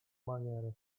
maniery